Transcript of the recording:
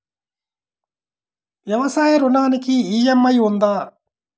వ్యవసాయ ఋణానికి ఈ.ఎం.ఐ ఉందా?